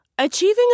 Achieving